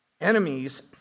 enemies